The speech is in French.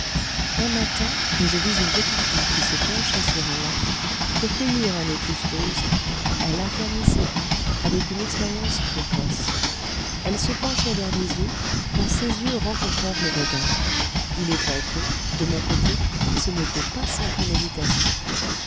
un matin que je vis une petite fille qui se penchait sur un lac pour cueillir un lotus rose elle affermit ses pas avec une expérience précoce elle se penchait vers les eaux quand ses yeux rencontrèrent mon regard